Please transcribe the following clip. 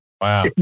Wow